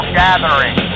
gathering